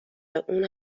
اون